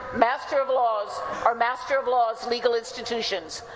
master of laws or master of laws-legal institutions.